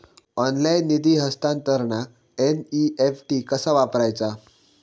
Online निधी हस्तांतरणाक NEFT कसा वापरायचा?